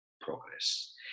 progress